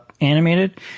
animated